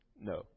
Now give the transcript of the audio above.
No